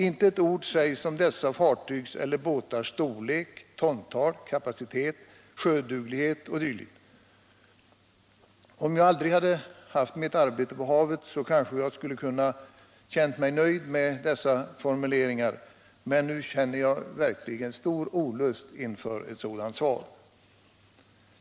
Inte ett ord sägs om dessa fartygs eller båtars storlek, tontal, kapacitet, sjöduglighet o.d. Om jag aldrig hade haft mitt arbete på havet kanske jag skulle ha kunnat känna mig nöjd med dessa formuleringar, men nu känner jag verkligen stor olust inför ett sådant svar.